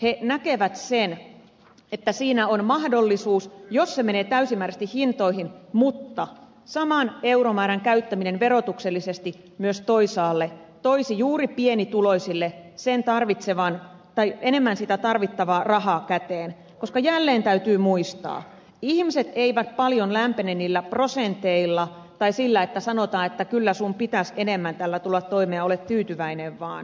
he näkevät sen että siinä on mahdollisuus jos se menee täysimääräisesti hintoihin mutta saman euromäärän käyttäminen verotuksellisesti myös toisaalle toisi juuri pienituloisille enemmän sitä tarvittavaa rahaa käteen koska jälleen täytyy muistaa että ihmiset eivät paljon lämpene niillä prosenteilla tai sillä että sanotaan että kyllä sun pitäs enemmän tällä tulla toimeen ja ole tyytyväinen vaan